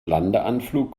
landeanflug